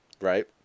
Right